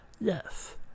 yes